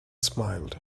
smiled